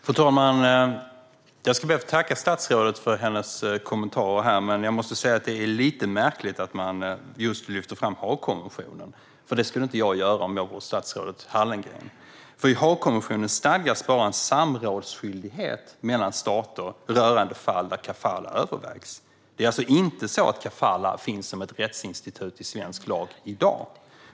Fru talman! Jag ska be att få tacka statsrådet för hennes kommentarer här, men jag måste säga att det är lite märkligt att hon lyfter fram just Haagkonventionen. Det skulle inte jag göra om jag vore statsrådet Hallengren, för i Haagkonventionen stadgas bara en samrådsskyldighet mellan stater rörande fall där kafalah övervägs. Det är alltså inte så att kafalah finns som ett rättsinstitut i svensk lag i dag.